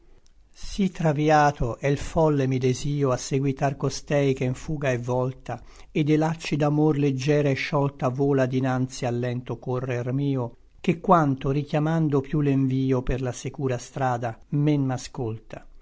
vegna sí travïato è l folle mi desio a seguitar costei che n fuga è volta et de lacci d'amor leggiera et sciolta vola dinanzi al lento correr mio che quanto richiamando piú l'envio per la secura strada men m'ascolta